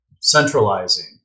centralizing